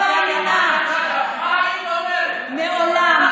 מה היית אומרת, מעולם,